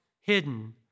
hidden